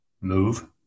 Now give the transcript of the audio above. Move